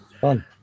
fun